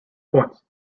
points